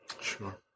Sure